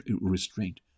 restraint